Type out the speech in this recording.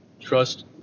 trust